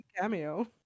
cameo